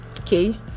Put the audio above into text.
Okay